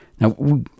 Now